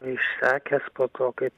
išsekęs po to kaip